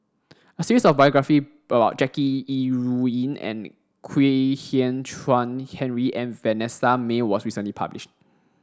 a series of biography about Jackie Yi Ru Ying and Kwek Hian Chuan Henry and Vanessa Mae was recently publish